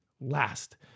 last